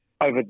over